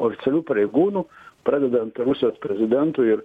oficialių pareigūnų pradedant rusijos prezidentu ir